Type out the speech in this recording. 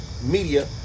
media